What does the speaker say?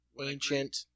Ancient